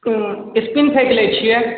कँ स्पिन फेक लै छियै